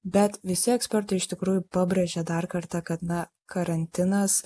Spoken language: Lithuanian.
bet visi ekspertai iš tikrųjų pabrėžė dar kartą kad na karantinas